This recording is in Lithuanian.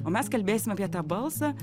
o mes kalbėsim apie tą balsą